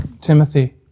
Timothy